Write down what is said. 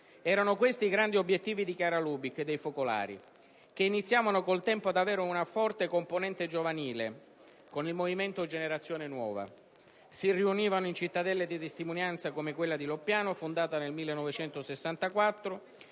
erano questi i grandi obiettivi di Chiara Lubich e dei Focolari, che iniziarono col tempo ad avere una forte componente giovanile con il Movimento Generazione Nuova. Si riunivano in cittadelle di testimonianza, come quella di Loppiano, fondata nel 1964,